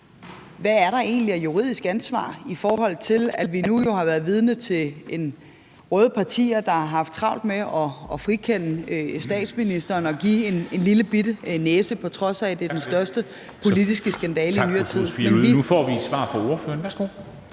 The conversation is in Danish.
hvad der egentlig er af juridisk ansvar, i forhold til at vi jo nu har været vidne til røde partier, der har haft travlt med at frikende statsministeren og give en lillebitte næse, på trods af at det er den største politiske skandale i nyere tid. Men vi ... Kl.